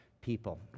people